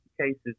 cases